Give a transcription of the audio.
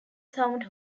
sound